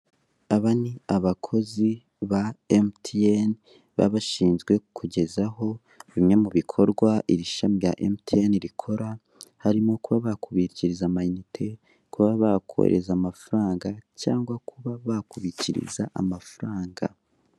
Aba ni abakozi ba MTN baba bashinzwe kukugezaho bimwe mu bikorwa iri shami rya MTN rikora harimo kuba bakubikiriza amayinite, kuba bakohereza amafaranga cyangwa kuba bakubikiriza amafaranga.